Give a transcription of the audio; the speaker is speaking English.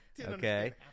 Okay